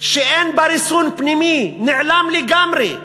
שאין בה ריסון פנימי, נעלם לגמרי.